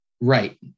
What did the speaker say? Right